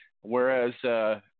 whereas